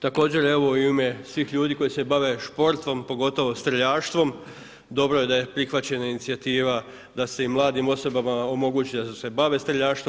Također evo i u ime svih ljudi koji se bave športom pogotovo streljaštvom dobro je da je prihvaćena inicijativa da se i mladim osobama omogući da se bave streljaštvom.